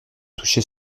toucher